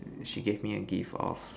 she gave me a gift of